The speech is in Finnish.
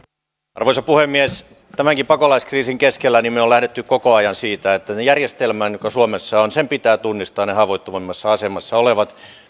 arvoisa puhemies tämänkin pakolaiskriisin keskellä me olemme lähteneet koko ajan siitä että järjestelmän joka suomessa on pitää tunnistaa ne haavoittuvimmassa asemassa olevat